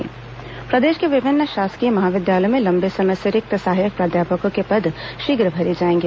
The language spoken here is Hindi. सहायक प्राध्यापक भर्ती प्रदेश के विभिन्न शासकीय महाविद्यालयों में लंबे समय से रिक्त सहायक प्राध्यापकों के पद शीघ्र भरे जाएंगे